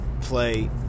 play